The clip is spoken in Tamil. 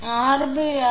651 க்கு சமம் எனவே 𝛼 1